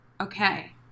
Okay